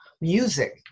Music